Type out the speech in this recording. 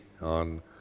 on